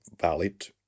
valid